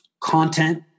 content